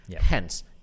Hence